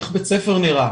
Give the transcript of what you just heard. איך בית ספר נראה?